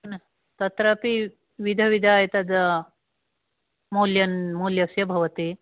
तत्रापि विविध विविध एतत् मूल्यः मूल्यस्य भवति